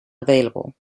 available